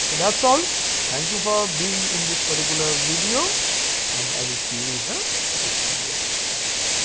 so that is all thank you for being in this particular video and i will see you in the next video. thanks.